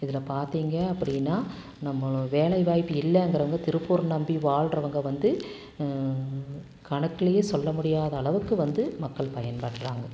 இதில் பார்த்தீங்க அப்படின்னா நம்ம வேலைவாய்ப்பு இல்லைங்கறவங்க திருப்பூர் நம்பி வாழ்றவங்க வந்து கணக்கிலையே சொல்ல முடியாத அளவுக்கு வந்து மக்கள் பயன்படுறாங்க